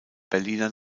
berliner